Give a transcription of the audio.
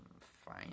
Fine